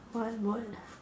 what word ah